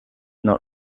not